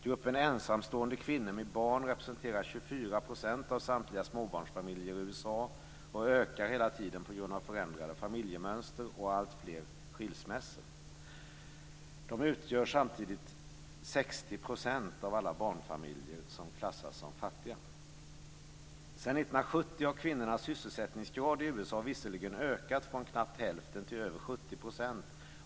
Gruppen ensamstående kvinnor med barn representerar 24 % av samtliga småbarnsfamiljer i USA och ökar hela tiden på grund av förändrade familjemönster och alltfler skilsmässor. De utgör samtidigt 60 % av alla barnfamiljer som klassas som fattiga. Sedan år 1970 har kvinnornas sysselsättningsgrad i USA visserligen ökat från knappt hälften till över 70 %.